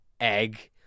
egg